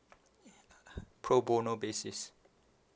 pro bono basis